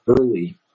early